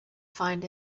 find